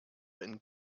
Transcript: been